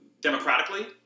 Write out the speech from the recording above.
democratically